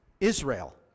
Israel